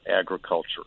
agriculture